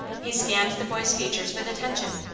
he scanned the boy's features with attention.